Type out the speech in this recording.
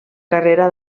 carrera